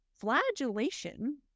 flagellation